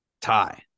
tie